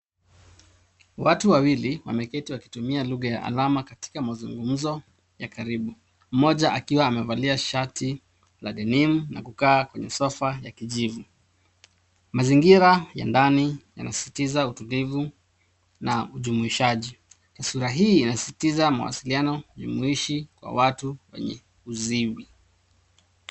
Watu wawili wameketi wakitumia lugha ya alama katika mazungumuzo ya karibu. Mmoja akiwa amevalia shati la denim na kukaa kweye sofa ya kijivu. Mazingira ya ndani yanasisitiza utulivu na ujumuishaji. Sura hii inasisitiza mawasiliano jumuishi wa watu wenye uziwi.